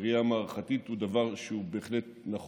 בראייה מערכתית הוא דבר שהוא נכון בהחלט,